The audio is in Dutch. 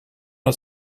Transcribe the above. het